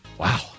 Wow